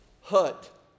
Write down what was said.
hut